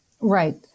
Right